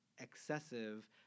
excessive